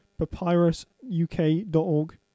papyrusuk.org